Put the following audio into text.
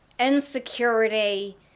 insecurity